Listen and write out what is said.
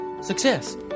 success